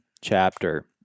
chapter